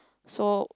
so